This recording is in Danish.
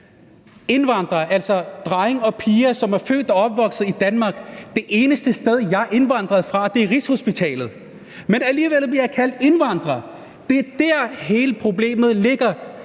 Indvandrere, altså drenge og piger, som er født og opvokset i Danmark. Det eneste sted, jeg indvandrede fra, er Rigshospitalet, men alligevel bliver jeg kaldt indvandrer. Det er der, hele problemet ligger,